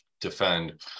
defend